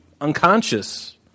unconscious